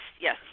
yes